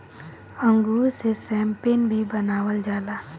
अंगूर से शैम्पेन भी बनावल जाला